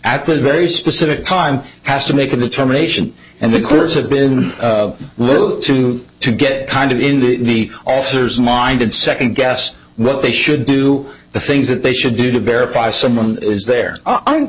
at the very specific time has to make a determination and the crews have been a little too to get kind of in the officer's mind and second guess what they should do the things that they should do to verify someone is there aren't